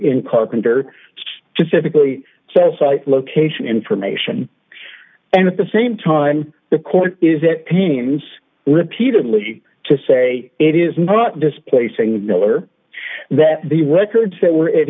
in carpenter to physically sell site location information and at the same time the court is it seems repeatedly to say it is not displacing miller that the records that were i